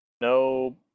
no